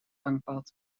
gangpad